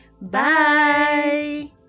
Bye